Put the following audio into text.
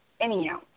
Anyhow